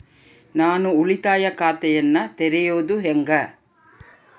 ನಾನು ಉಳಿತಾಯ ಖಾತೆಯನ್ನ ತೆರೆಯೋದು ಹೆಂಗ?